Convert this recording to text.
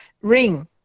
ring